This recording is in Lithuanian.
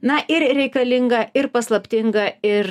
na ir reikalinga ir paslaptinga ir